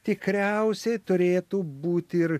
tikriausiai turėtų būti ir